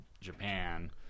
Japan